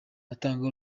atanga